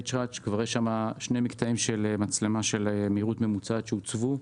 יש כבר שני מקטעים של מצלמת מהירות ממוצעת שהוצבו,